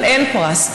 אבל אין פרס.